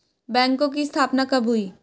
बैंकों की स्थापना कब हुई?